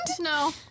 No